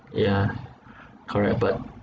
yeah correct but